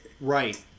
Right